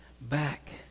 back